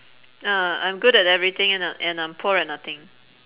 uh I'm good at everything and I and I'm poor at nothing